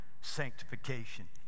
sanctification